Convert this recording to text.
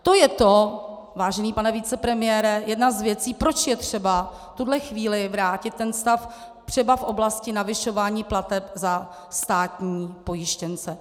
To je to, vážený pane vicepremiére, jedna z věcí, proč je třeba v tuto chvíli vrátit stav třeba v oblasti navyšování plateb za státní pojištěnce.